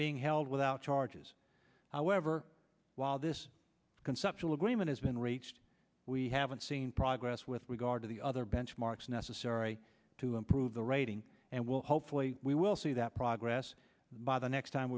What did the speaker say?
being held without charges however while this conceptual agreement has been reached we haven't seen progress with regard to the other benchmarks necessary to improve the writing and will hopefully we will see that progress by the next time